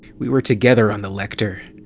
we were together on the lector.